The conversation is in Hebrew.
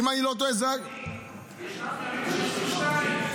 ישנים ימים שיש פי שניים,